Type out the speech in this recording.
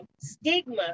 stigma